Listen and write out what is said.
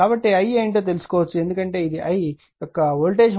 కాబట్టి i ఏమిటో తెలుసుకోవచ్చు ఎందుకంటే ఇది i యొక్క వోల్టేజ్ మూలం jMi మరియు jMi